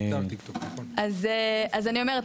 אני אז אני אומרת,